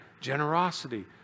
generosity